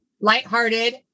lighthearted